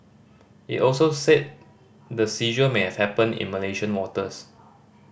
it also said the seizure may have happened in Malaysian waters